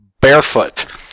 barefoot